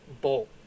bowl